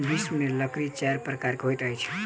विश्व में लकड़ी चाइर प्रकारक होइत अछि